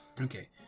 Okay